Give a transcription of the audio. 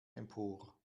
empor